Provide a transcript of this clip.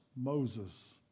Moses